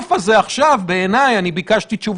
חוץ וביטחון וועדת חוקה ימליצו למליאה לבטל את ההכרזה?